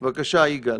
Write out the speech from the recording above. בבקשה, יגאל.